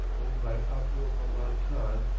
owned by abdur rahman khan,